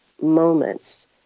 moments